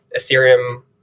Ethereum